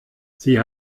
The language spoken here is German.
sie